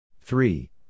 Three